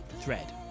thread